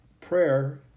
prayer